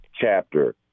chapter